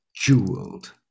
jeweled